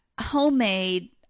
homemade